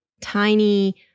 tiny